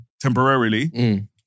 temporarily